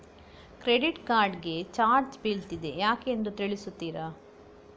Credit card ಗೆ charge ಬೀಳ್ತಿದೆ ಯಾಕೆಂದು ತಿಳಿಸುತ್ತೀರಾ?